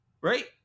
right